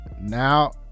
Now